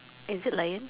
is it lion